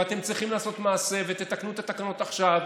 ואתם צריכים לעשות מעשה ותתקנו את התקנות עכשיו.